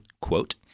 quote